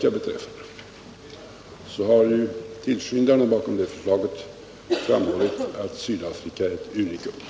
Vad beträffar Sydafrika har tillskyndarna till det föreliggande förslaget framhållit att Sydafrika är ett unikum.